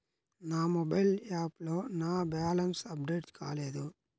నా మొబైల్ యాప్లో నా బ్యాలెన్స్ అప్డేట్ కాలేదు